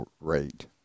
rate